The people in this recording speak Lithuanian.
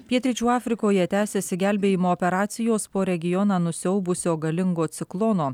pietryčių afrikoje tęsiasi gelbėjimo operacijos po regioną nusiaubusio galingo ciklono